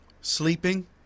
sleeping